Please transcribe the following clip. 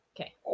Okay